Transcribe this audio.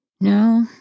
No